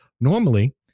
Normally